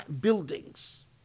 buildings